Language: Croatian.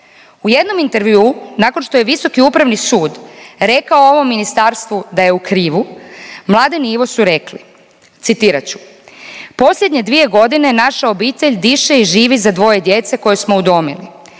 U jednom intervjuu nakon što je Visoki upravni sud rekao ovom ministarstvu da je u krivu Mladen i Ivo su rekli, citirat ću: „Posljednje dvije godine naša obitelj diše i živi za dvoje djece koje smo udomili.